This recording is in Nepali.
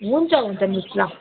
हुन्छ हुन्छ मिस ल